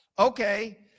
Okay